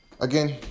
Again